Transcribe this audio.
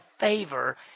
Favor